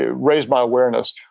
ah raise my awareness.